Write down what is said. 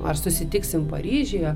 ar susitiksim paryžiuje